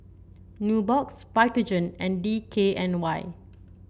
Nubox Vitagen and D K N Y